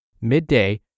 midday